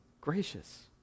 gracious